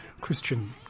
Christian